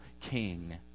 king